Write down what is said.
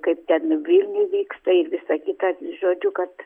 kaip ten vilniuj vyksta ir visa kita žodžiu kad